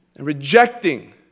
Rejecting